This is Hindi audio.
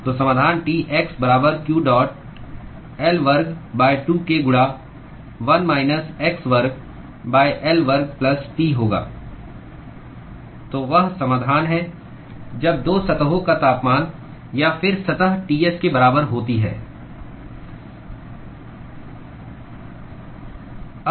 तो समाधान Tx बराबर q dot L वर्ग 2k गुणा 1 माइनस x वर्ग L वर्ग प्लस T होगा तो वह समाधान है जब 2 सतहों का तापमान या फिर सतह Ts के बराबर होती है